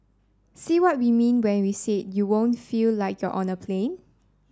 see what we mean when we said you won't feel like you're on a plane